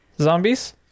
zombies